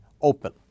open